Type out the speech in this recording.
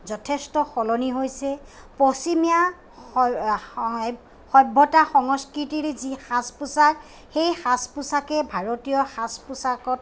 যথেষ্ট সলনি হৈছে পশ্চিমীয়া সভ্য়তা সংস্কৃতিৰ যি সাজ পোচাক সেই সাজ পোচাকে ভাৰতীয় সাজ পোচাকত